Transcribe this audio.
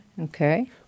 Okay